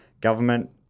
government